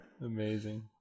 Amazing